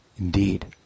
Indeed